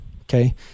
Okay